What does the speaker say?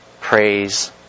praise